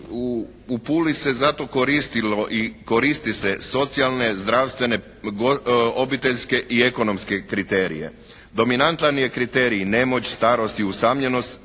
u Puli, zato se koristilo i koristi se socijalne, zdravstvene, obiteljske i ekonomske kriterije. Dominantan je kriterij nemoć, starost i usamljenost